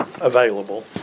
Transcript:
available